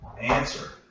answer